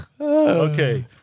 Okay